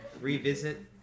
revisit